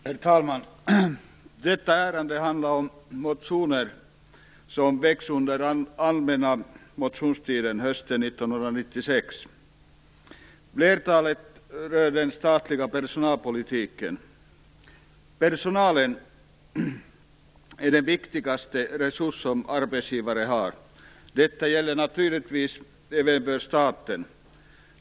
Herr talman! I detta ärende behandlas motioner som väckts under allmänna motionstiden hösten 1996. Flertalet rör den statliga personalpolitiken. Personalen är den viktigaste resurs som arbetsgivaren har. Detta gäller naturligtvis även för staten.